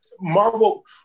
Marvel